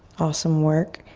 awesome work.